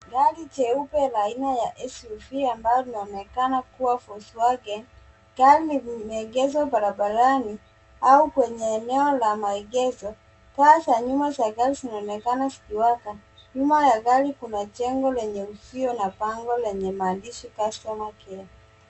Gari jeupe la aina ya SUV, ambalo linaonekana kuwa Volkswagen, gari limeegezwa barabarani au kwenye eneo la maegezo. Taa za nyuma za gari zinaonekana zikiwaka. Nyuma ya gari kuna jengo lenye uvio na bango lenye maandishi Customer Care .